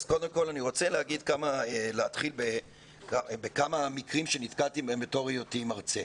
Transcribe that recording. אז קודם כל אני רוצה להתחיל בכמה מקרים שנתקלתי בהם בתור היותי מרצה.